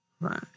Right